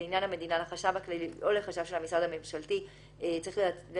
לעניין המדינה לחשב הכללי או לחשב של המשרד הממשלתי או הגוף